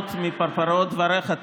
ליהנות מפרפראות דבריך.